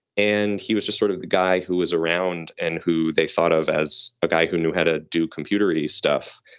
and he was just sort of the guy who was around and who they thought of as a guy who knew how to do computer stuff.